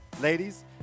Ladies